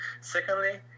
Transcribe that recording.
Secondly